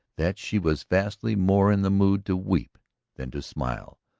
that she was vastly more in the mood to weep than to smile.